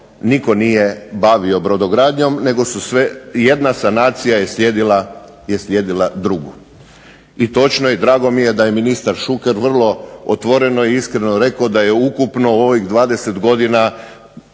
nitko nije bavio brodogradnjom nego jedna sanacija je slijedila drugu. I točno je i drago mi je da je ministar Šuker vrlo otvoreno i iskreno rekao da je ukupno u ovih 20 godina,